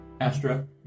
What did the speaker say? Astra